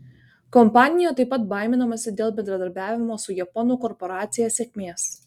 kompanijoje taip pat baiminamasi dėl bendradarbiavimo su japonų korporacija sėkmės